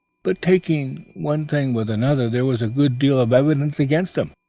but taking one thing with another there was a good deal of evidence against him,